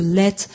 let